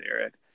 Eric